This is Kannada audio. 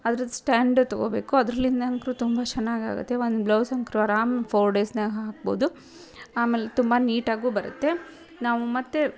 ಅದ್ರದ್ದು ಸ್ಟ್ಯಾಂಡು ತೊಗೋಬೇಕು ಅದ್ರಲ್ಲಿಂದಂತು ತುಂಬ ಚೆನ್ನಾಗಾಗುತ್ತೆ ಒಂದು ಬ್ಲೌಸ್ ಅಂತು ಅರಾಮ ಫೋರ್ ಡೇಸ್ನ್ಯಾಗೆ ಹಾಕ್ಬೋದು ಆಮೇಲೆ ತುಂಬ ನೀಟಾಗೂ ಬರುತ್ತೆ ನಾವು ಮತ್ತು